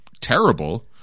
terrible